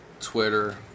twitter